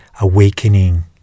awakening